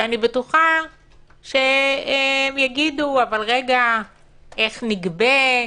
שאני בטוחה שהם יגידו אבל איך נגבה?